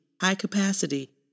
high-capacity